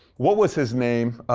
what was his name?